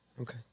Okay